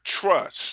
trust